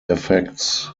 effects